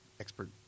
expert